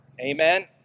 Amen